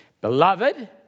Beloved